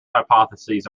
hypotheses